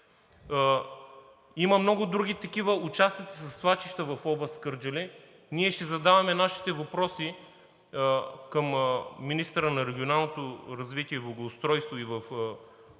Има много други такива участъци със свлачища в област Кърджали. Ние ще задаваме нашите въпроси към министъра на регионалното развитие и благоустройството и в бъдеще.